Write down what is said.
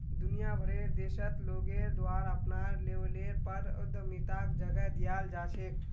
दुनिया भरेर देशत लोगेर द्वारे अपनार लेवलेर पर उद्यमिताक जगह दीयाल जा छेक